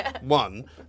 One